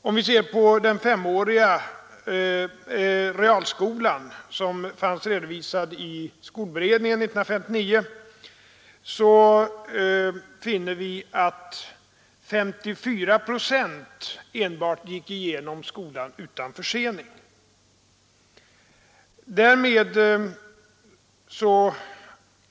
Om vi ser på den S-åriga realskolan, som fanns redovisad i skolberedningen 1959, så finner vi att endast 54 procent gick igenom skolan utan försening.